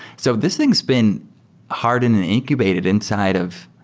so this thing has been hardened and incubated inside of